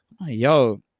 yo